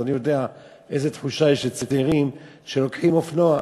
אז אני יודע איזו תחושה יש לצעירים שלוקחים אופנוע.